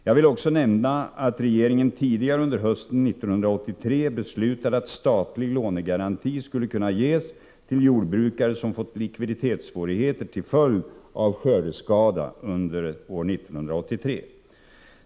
Jag vill också nämna att regeringen tidigare under hösten 1983 beslutade att statlig lånegaranti skulle kunna ges till jordbrukare som fått likviditetssvårigheter till följd av skördeskada under år 1983.